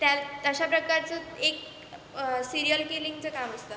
त्याच अशा प्रकारचं एक सिरियल किलिंगचं काम असतं